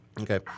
Okay